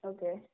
Okay